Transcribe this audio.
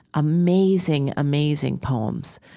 amazing, amazing poems.